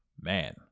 man